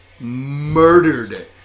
Murdered